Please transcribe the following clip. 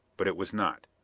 but it was not.